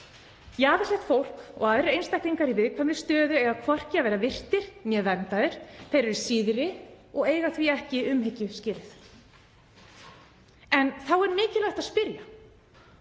Jaðarsett fólk og aðrir einstaklingar í viðkvæmri stöðu eiga hvorki að vera virtir né verndaðir. Þeir eru síðri og eiga því ekki umhyggju skilið. En þá er mikilvægt að spyrja: